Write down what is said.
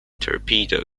torpedo